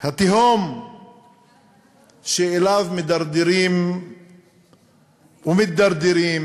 התהום שאליה מדרדרים ומידרדרים,